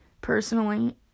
personally